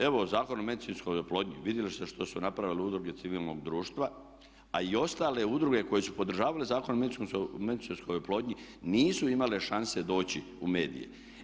Evo Zakon o medicinskoj oplodnji vidjeli ste što su napravile udruge civilnog društva, a i ostale udruge koje su podržavale Zakon o medicinskoj oplodnji nisu imale šanse doći u medije.